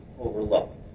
overlooked